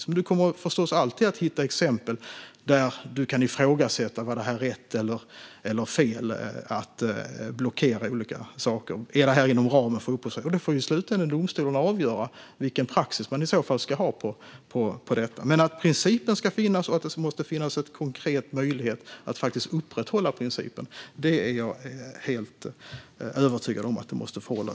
Man kommer förstås alltid att hitta exempel där man kan ifrågasätta om det var rätt eller fel att blockera olika saker och om det är inom ramen för upphovsrätten. I slutänden får domstolen avgöra vilken praxis man ska ha för detta. Att principen ska finnas och att det måste finnas en konkret möjlighet att faktiskt upprätthålla principen är jag helt övertygad om.